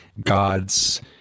god's